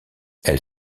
elle